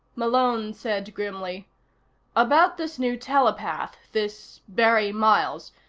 malone said grimly about this new telepath this barry miles.